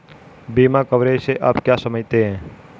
बीमा कवरेज से आप क्या समझते हैं?